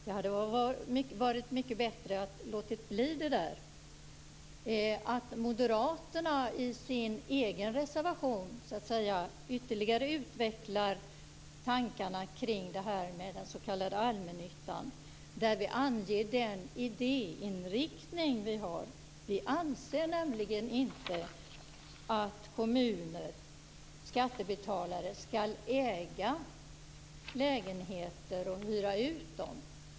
Det hade varit mycket bättre att låta bli det. Moderaterna utvecklar i sin egen reservation ytterligare tankarna kring den s.k. allmännyttan. Vi anger den idéinriktning vi har. Vi anser nämligen inte att kommuner, skattebetalare, skall äga lägenheter och hyra ut dem.